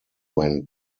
when